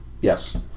yes